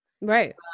Right